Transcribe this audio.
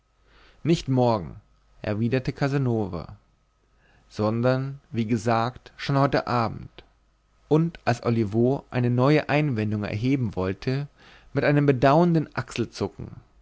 nicht morgen erwiderte casanova sondern wie gesagt schon heute abend und als olivo eine neue einwendung erheben wollte mit einem bedauernden achselzucken